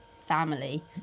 family